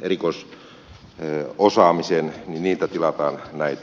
erikoisosaamisen niiltä tilataan näitä